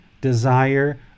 desire